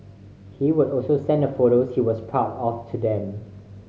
he would also send the photos he was proud of to them